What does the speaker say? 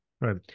Right